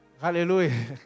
hallelujah